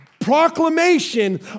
proclamation